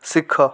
ଶିଖ